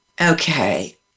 Okay